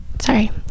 sorry